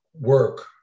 work